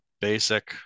basic